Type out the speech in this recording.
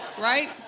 Right